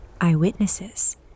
eyewitnesses